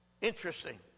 Interesting